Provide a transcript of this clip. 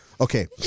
okay